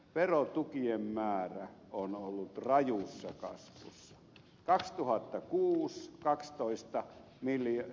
verotukien määrä on ollut rajussa kasvussa